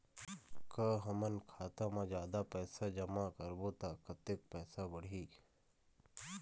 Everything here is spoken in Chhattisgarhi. का हमन खाता मा जादा पैसा जमा करबो ता कतेक पैसा बढ़ही?